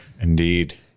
Indeed